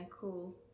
cool